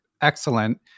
excellent